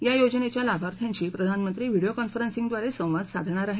या योजनेच्या लाभार्थ्यांशी प्रधानमंत्री व्हिडीओ कॉन्फरन्सिंगद्वारे संवाद साधणार आहेत